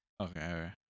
Okay